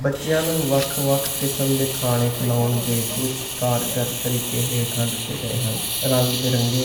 بچیاں نوں وکھ وکھ قسم دے کھانے کھلاون دے کچھ کارگر۔ طریقے ہیتھاں دتے گئے ہن رنگ برنگی